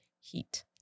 heat